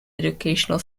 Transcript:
educational